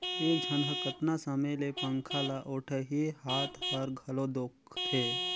एक झन ह कतना समय ले पंखा ल ओटही, हात हर घलो दुखते